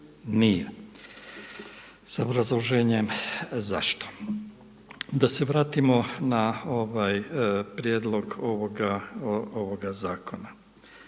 nije sa obrazloženjem zašto. Da se vratimo na ovaj prijedlog ovoga zakona.